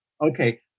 Okay